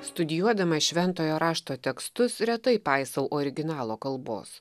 studijuodamas šventojo rašto tekstus retai paisau originalo kalbos